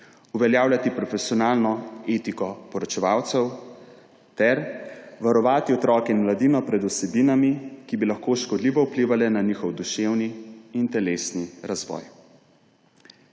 uveljavljati profesionalno etiko poročevalcev ter varovati otroke in mladino pred vsebinami, ki bi lahko škodljivo vplivale na njihov duševni in telesni razvoj.